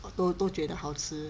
都都觉得好吃